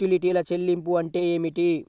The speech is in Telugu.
యుటిలిటీల చెల్లింపు అంటే ఏమిటి?